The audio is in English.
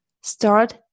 Start